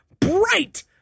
bright